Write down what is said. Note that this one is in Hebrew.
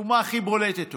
הדוגמה הכי בולטת אולי,